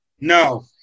No